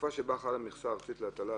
"בתקופה שבה חלה מכסה ארצית להטלה,